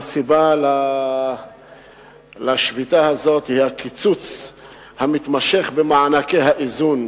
הסיבה לשביתה הזאת היא הקיצוץ המתמשך במענקי האיזון.